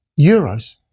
Euros